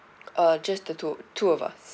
uh just the two two of us